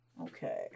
Okay